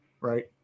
right